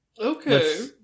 Okay